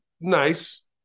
nice